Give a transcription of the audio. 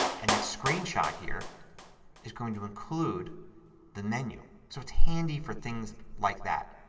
and that screen shot here is going to include the menu. so it's handy for things like that.